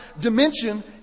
dimension